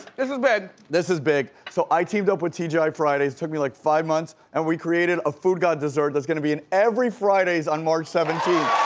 this is big. this is big. so, i teamed up with t g i fridays, took me like five months, and we created a foodgod dessert that's gonna be in every fridays on march seventeenth.